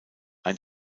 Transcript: ein